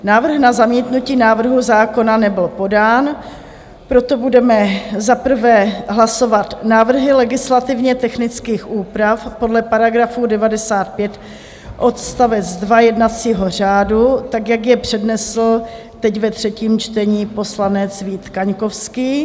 Návrh na zamítnutí návrhu zákona nebyl podán, proto budeme za prvé hlasovat návrhy legislativně technických úprav podle § 95 odst. 2 jednacího řádu, tak jak je přednesl teď ve třetím čtení poslanec Vít Kaňkovský.